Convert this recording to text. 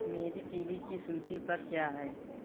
मेरी TV की सूचि पर क्या है